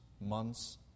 months